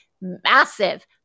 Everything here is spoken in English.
massive